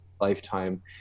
lifetime